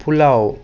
pulao